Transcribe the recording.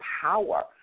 power